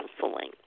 counseling